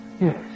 Yes